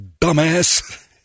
dumbass